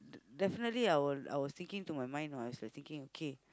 definitely I was I was thinking to my mind what I was like thinking okay